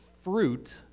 fruit